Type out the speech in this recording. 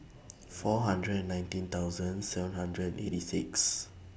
four hundred and nineteen thousand seven hundred and eighty six